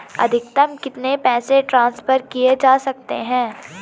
अधिकतम कितने पैसे ट्रांसफर किये जा सकते हैं?